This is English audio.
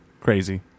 Crazy